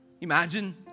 Imagine